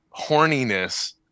horniness